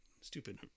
Stupid